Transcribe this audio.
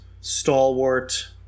stalwart